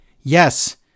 yes